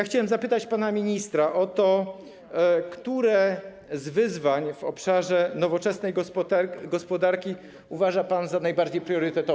Chciałem zapytać pana ministra o to, które z wyzwań w obszarze nowoczesnej gospodarki uważa pan za najbardziej priorytetowe.